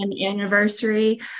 anniversary